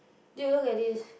dear you look at this